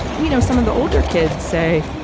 you know, some of the older kids say,